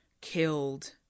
killed